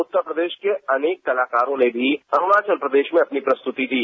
उत्तर प्रदेश के अनेक कलाकारों ने भी अरुणाचल प्रदेश में अपनी प्रस्तुति दी